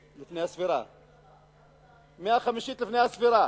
130. מאה חמישית לפני הספירה.